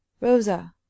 rosa